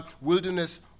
wilderness